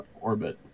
orbit